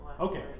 Okay